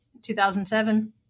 2007